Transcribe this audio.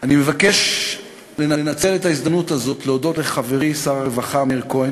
אני מבקש לנצל את ההזדמנות הזאת ולהודות לחברי שר הרווחה מאיר כהן